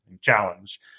challenge